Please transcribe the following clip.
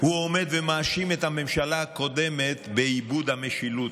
הוא עומד ומאשים את הממשלה הקודמת באיבוד המשילות.